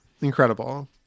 Incredible